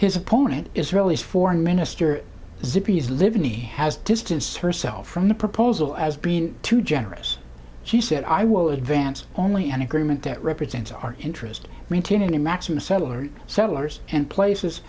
his opponent israeli foreign minister tzipi livni has distanced herself from the proposal as being too generous she said i will advance only an agreement that represents our interest maintaining imagine a settler settlers and places